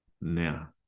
now